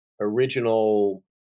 original